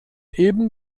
eben